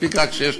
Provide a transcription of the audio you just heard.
מספיק רק שיש,